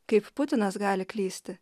kaip putinas gali klysti